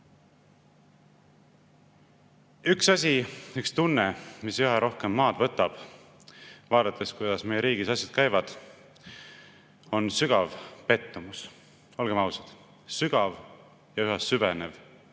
veel. Üks tunne, mis üha rohkem maad võtab, vaadates, kuidas meie riigis asjad käivad, on sügav pettumus. Olgem ausad: sügav ja üha süvenev pettumus.